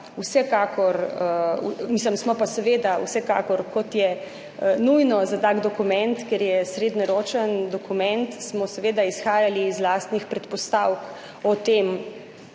vsekakor, mislim, smo pa seveda vsekakor, kot je nujno za tak dokument, ker je srednjeročni dokument, smo seveda izhajali iz lastnih predpostavk o tem,